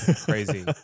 crazy